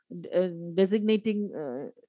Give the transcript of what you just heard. designating